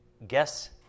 Guess